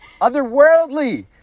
otherworldly